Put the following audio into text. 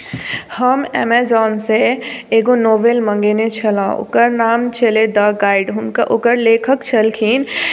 हम एमेजॉन सॅं एगो नॉवल मंगेनै छलहुँ ओकर नाम छलै द गाइड हुनक ओकर लेखक छलखिन